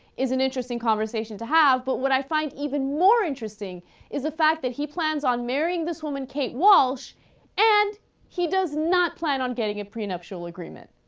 is an interesting conversation to have but what i find even more interesting is a fact that he plans on marrying this woman kate walsh and he does not plan on getting a pre-nuptial agreement